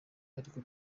ariko